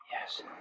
Yes